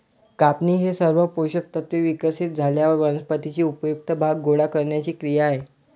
कापणी ही सर्व पोषक तत्त्वे विकसित झाल्यावर वनस्पतीचे उपयुक्त भाग गोळा करण्याची क्रिया आहे